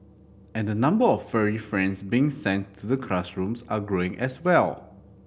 and the number of furry friends being sent to the classrooms are growing as well